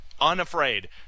unafraid